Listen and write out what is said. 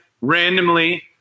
randomly